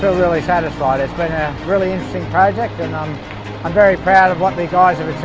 so really satisfied it's been a really interesting project and um i'm very proud of what these guys